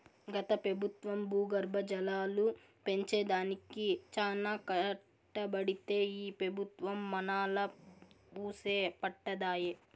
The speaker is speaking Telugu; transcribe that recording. గత పెబుత్వం భూగర్భ జలాలు పెంచే దానికి చానా కట్టబడితే ఈ పెబుత్వం మనాలా వూసే పట్టదాయె